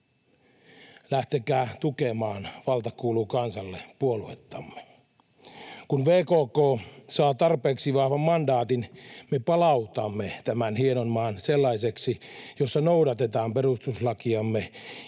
Lähtekää tukemaan Valta kuuluu kansalle ‑puoluettamme. Kun VKK saa tarpeeksi vahvan mandaatin, me palautamme tämän hienon maan sellaiseksi, jossa noudatetaan perustuslakiamme,